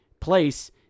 place